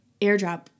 airdrop